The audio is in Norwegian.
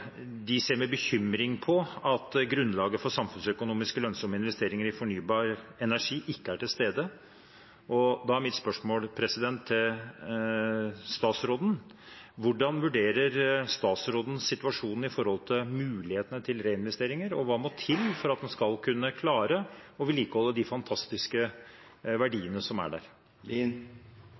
de ser med bekymring på at grunnlaget for samfunnsøkonomisk lønnsomme investeringer i fornybar energi ikke er til stede. Da er mitt spørsmål til statsråden: Hvordan vurderer statsråden situasjonen opp mot mulighetene til reinvesteringer, og hva må til for at man skal kunne klare å vedlikeholde de fantastiske verdiene som er der?